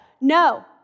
No